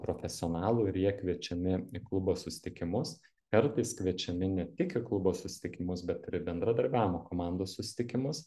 profesionalų ir jie kviečiami į klubo susitikimus kartais kviečiami ne tik į klubo susitikimus bet ir į bendradarbiavimo komandos susitikimus